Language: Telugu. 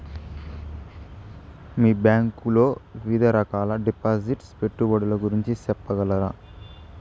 మీ బ్యాంకు లో వివిధ రకాల డిపాసిట్స్, పెట్టుబడుల గురించి సెప్పగలరా?